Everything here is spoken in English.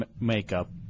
makeup